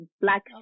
black